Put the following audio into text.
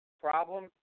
problem